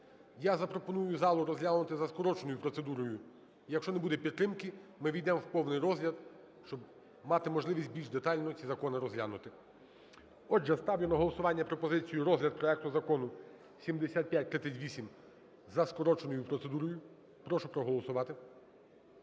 Я запропоную залу розглянути за скороченою процедурою. Якщо не буде підтримки, ми увійдемо в повний розгляд, щоб мати можливість більш детально ці закони розглянути. Отже, ставлю на голосування пропозицію розгляд проекту Закону 7538 за скороченою процедурою. Прошу проголосувати.